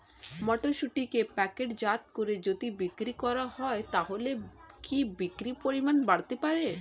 মটরশুটিকে প্যাকেটজাত করে যদি বিক্রি করা হয় তাহলে কি বিক্রি পরিমাণ বাড়তে পারে?